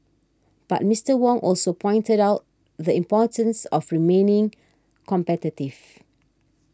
but Mister Wong also pointed out the importance of remaining competitive